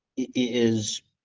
it is.